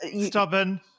stubborn